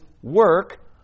Work